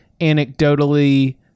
anecdotally